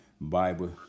Bible